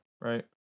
right